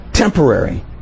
Temporary